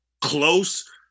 close